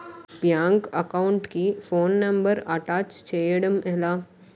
Bank account కి phone number attach చేయడం ఎలా?